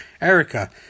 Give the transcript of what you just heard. Erica